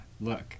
look